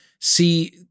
see